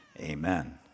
Amen